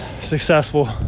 successful